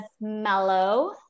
mellow